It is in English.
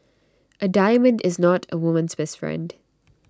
A diamond is not A woman's best friend